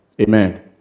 Amen